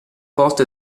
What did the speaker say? porte